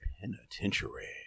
Penitentiary